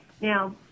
Now